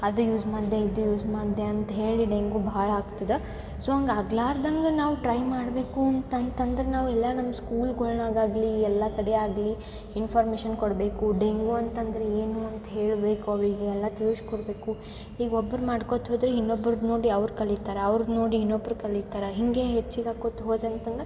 ಅದು ಯೂಸ್ ಮಾಡಿದೆ ಇದು ಯೂಸ್ ಮಾಡಿದೆ ಅಂತ ಹೇಳಿ ಡೆಂಗೂ ಭಾಳ ಆಗ್ತದ ಸೊ ಹಂಗೆ ಆಗಲಾರ್ದಂಗ್ ನಾವು ಟ್ರೈ ಮಾಡಬೇಕು ಅಂತಂತಂದ್ರೆ ನಾವೆಲ್ಲ ನಮ್ಮ ಸ್ಕೂಲ್ಗಳಗಾಗ್ಲಿ ಎಲ್ಲ ಕಡೆ ಆಗಲಿ ಇನ್ಫಾರ್ಮೇಷನ್ ಕೊಡಬೇಕು ಡೆಂಗೂ ಅಂತಂದ್ರೆ ಏನು ಅಂತ ಹೇಳಬೇಕು ಅವರಿಗೆ ಎಲ್ಲ ತಿಳಿಸ್ಕೊಡ್ಬೇಕು ಈಗ ಒಬ್ರು ಮಾಡ್ಕೋತ ಹೋದರೆ ಇನ್ನೊಬ್ರದು ನೋಡಿ ಅವ್ರು ಕಲೀತಾರೆ ಅವ್ರ ನೋಡಿ ಇನ್ನೊಬ್ರು ಕಲೀತಾರೆ ಹಿಂಗೇ ಹೆಚ್ಚಿಗೆ ಆಕೋತ್ತ ಹೋದ ಅಂತಂದ್ರೆ